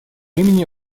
имени